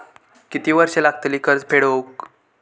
किती वर्षे लागतली कर्ज फेड होऊक?